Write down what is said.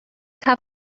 have